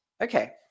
Okay